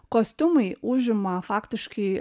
kostiumai užima faktiškai